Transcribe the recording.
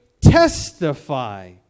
testify